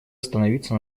остановиться